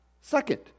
Second